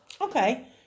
Okay